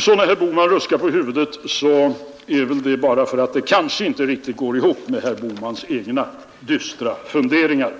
Så när herr Bohman ruskar på huvudet beror det väl bara på att detta kanske inte riktigt går ihop med hans egna dystra funderingar.